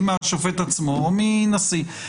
האם מהשופט עצמו או מנשיא.